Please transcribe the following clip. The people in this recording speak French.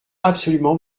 absolument